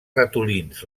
ratolins